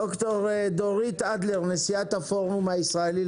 דוקטור דורית אדלר, נשיאת הפורום הישראלי.